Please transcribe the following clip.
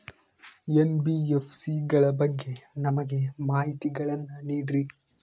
NBFC ಗಳ ಬಗ್ಗೆ ನಮಗೆ ಮಾಹಿತಿಗಳನ್ನ ನೀಡ್ರಿ?